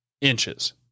inches